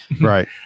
Right